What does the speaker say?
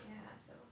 yeah so